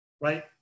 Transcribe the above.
Right